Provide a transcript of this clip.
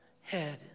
head